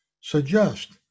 suggest